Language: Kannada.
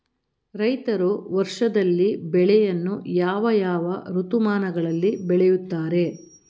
ರೈತರು ವರ್ಷದಲ್ಲಿ ಬೆಳೆಯನ್ನು ಯಾವ ಯಾವ ಋತುಮಾನಗಳಲ್ಲಿ ಬೆಳೆಯುತ್ತಾರೆ?